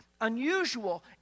unusual